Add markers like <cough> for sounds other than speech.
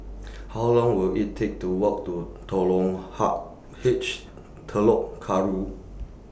How Long Will IT Take to Walk to <unintelligible> Ha H Telok Kurau